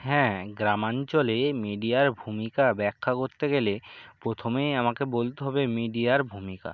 হ্যাঁ গ্রামাঞ্চলে মিডিয়ার ভূমিকা ব্যাখ্যা করতে গেলে প্রথমেই আমাকে বলতে হবে মিডিয়ার ভূমিকা